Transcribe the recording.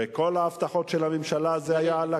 וכל ההבטחות של הממשלה היו על הקרח.